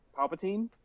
Palpatine